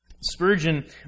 Spurgeon